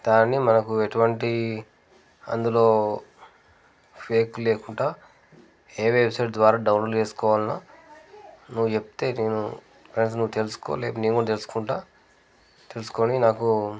దాని మనకు ఎటువంటి అందులో ఫేక్ లేకుండా ఏ వెబ్సైట్ ద్వారా డౌన్లోడ్ చేసుకోవాలనో నువ్వు చెప్తే నేను కనీసం నువ్వు తెలుసుకో లేపో నేను తెలుసుకుంటా తెలుసుకొని నాకు